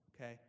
Okay